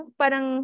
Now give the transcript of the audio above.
parang